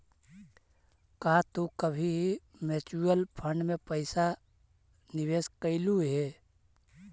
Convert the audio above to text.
का तू कभी म्यूचुअल फंड में पैसा निवेश कइलू हे